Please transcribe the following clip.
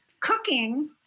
cooking